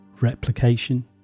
replication